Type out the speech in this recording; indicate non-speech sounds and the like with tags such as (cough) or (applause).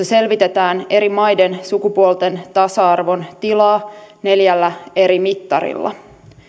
(unintelligible) selvitetään eri maiden sukupuolten tasa arvon tilaa neljällä eri mittarilla